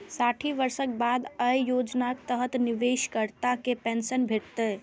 साठि वर्षक बाद अय योजनाक तहत निवेशकर्ता कें पेंशन भेटतै